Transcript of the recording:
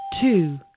two